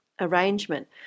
arrangement